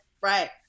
right